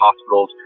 hospitals